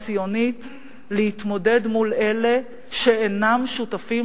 הציונית להתמודד מול אלה שאינם שותפים